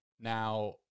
Now